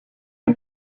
les